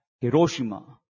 Hiroshima